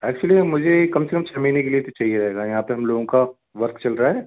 actually मुझे कम से कम छः महीने के लिए तो चाहिए रहेगा यहाँ पर हम लोगों का वर्क चल रहा है